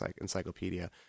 encyclopedia